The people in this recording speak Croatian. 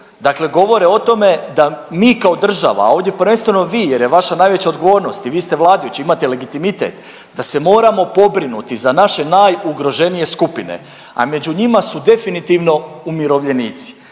dakle govore o tome da mi kao država, ovdje prvenstveno vi jer je vaša najveća odgovornost i vi ste vladajući, imate legitimitet da se moramo pobrinuti za naše najugroženije skupine, a među njima su definitivno umirovljenici.